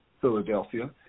Philadelphia